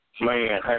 Man